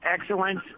excellence